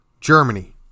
Germany